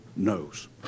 Knows